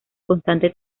constante